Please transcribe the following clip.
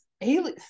Aliens